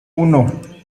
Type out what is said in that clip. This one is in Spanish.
uno